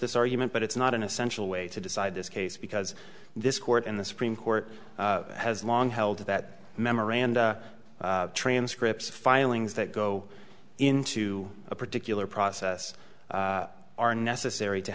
this argument but it's not an essential way to decide this case because this court and the supreme court has long held that memoranda transcripts filings that go into a particular process are necessary to